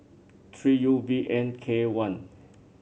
three U V N K one